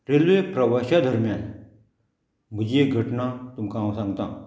railway प्रवाशा दरम्यान म्हजी एक घटना तुमकां हांव सांगतां